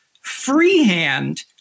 freehand